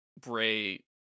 Bray